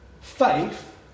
Faith